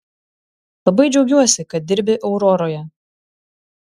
labai džiaugiuosi kad dirbi auroroje